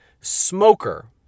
smoker